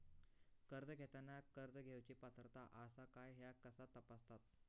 कर्ज घेताना कर्ज घेवची पात्रता आसा काय ह्या कसा तपासतात?